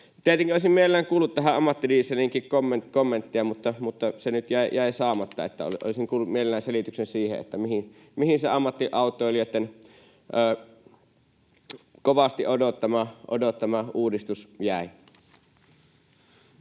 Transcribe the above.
Tietenkin olisin mielelläni kuullut ammattidieselistäkin kommenttia, mutta se nyt jäi saamatta. Olisin kuullut mielelläni selityksen siihen, mihin se ammattiautoilijoitten kovasti odottama uudistus jäi.